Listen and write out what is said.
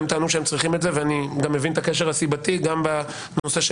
הם טענו שהם צריכים את זה ואני גם מבין את הקשר הסיבתי גם בנושא של